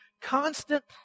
constant